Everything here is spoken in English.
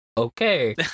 okay